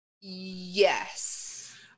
Yes